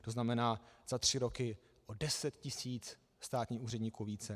To znamená, za tři roky o 10 tis. státních úředníků více.